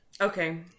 Okay